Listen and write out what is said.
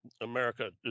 America